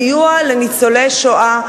סיוע לניצולי השואה,